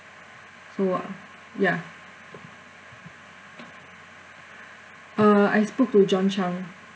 so ya uh I spoke to john chang